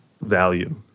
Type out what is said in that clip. value